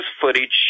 footage